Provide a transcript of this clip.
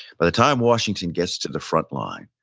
by the time washington gets to the front line,